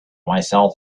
myself